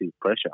pressure